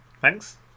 Thanks